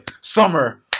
summer